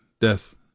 death